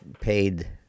paid